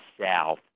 South